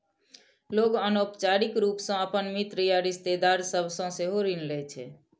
लोग अनौपचारिक रूप सं अपन मित्र या रिश्तेदार सभ सं सेहो ऋण लै छै